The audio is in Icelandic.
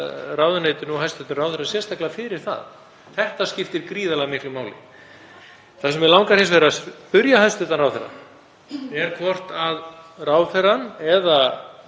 ráðuneytinu og hæstv. ráðherra sérstaklega fyrir það. Þetta skiptir gríðarlega miklu máli. Það sem mig langar hins vegar að spyrja hæstv. ráðherra er hvort ráðherrann eða